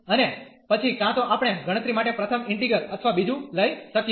અને પછી કાં તો આપણે ગણતરી માટે પ્રથમ ઇન્ટીગ્રલ અથવા બીજું લઈ શકીએ